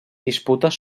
disputes